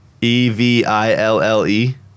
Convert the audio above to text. e-v-i-l-l-e